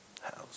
house